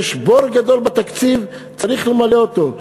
יש בור גדול בתקציב, צריך למלא אותו.